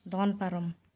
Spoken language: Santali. ᱫᱚᱱ ᱯᱟᱨᱚᱢ